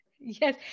Yes